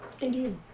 Indeed